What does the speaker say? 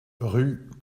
rue